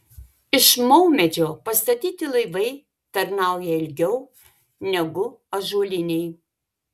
iš maumedžio pastatyti laivai tarnauja ilgiau negu ąžuoliniai